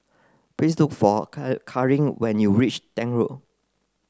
please look for Carlene when you reach Tank Road